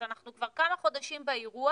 זאת אומרת אנחנו כבר כמה חודשים באירוע,